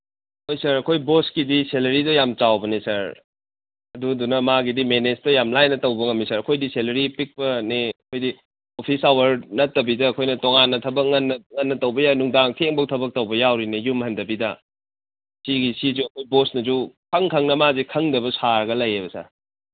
ꯍꯣꯏ ꯁꯥꯔ ꯑꯩꯈꯣꯏ ꯕꯣꯁꯀꯤꯗꯤ ꯁꯦꯂꯔꯤꯗꯨ ꯌꯥꯝ ꯆꯥꯎꯕꯅꯤ ꯁꯥꯔ ꯑꯗꯨꯗꯨꯅ ꯃꯥꯒꯤꯗꯤ ꯃꯦꯅꯦꯁꯇꯨ ꯌꯥꯝ ꯂꯥꯏꯅ ꯇꯧꯕ ꯉꯝꯃꯤ ꯁꯥꯔ ꯑꯩꯈꯣꯏꯗꯤ ꯁꯦꯂꯔꯤ ꯄꯤꯛꯄꯅꯦ ꯑꯩꯈꯣꯏꯗꯤ ꯑꯣꯐꯤꯁ ꯑꯋꯥꯔ ꯅꯠꯇꯕꯤꯗ ꯑꯩꯈꯣꯏꯅ ꯇꯣꯉꯥꯟꯅ ꯊꯕꯛ ꯉꯟꯅ ꯉꯟꯅ ꯇꯧꯕ ꯌꯥꯏ ꯅꯨꯡꯗꯥꯡ ꯊꯦꯡꯐꯥꯎ ꯊꯕꯛ ꯇꯧꯕ ꯌꯥꯎꯔꯤꯅꯤ ꯌꯨꯝ ꯍꯟꯗꯕꯤꯗ ꯁꯤꯒꯤ ꯁꯤꯁꯨ ꯑꯩꯈꯣꯏ ꯕꯣꯁꯅꯁꯨ ꯈꯪ ꯈꯪꯅ ꯃꯥꯁꯤ ꯈꯪꯗꯕ ꯁꯥꯔꯒ ꯂꯩꯌꯦꯕ ꯁꯥꯔ